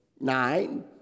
Nine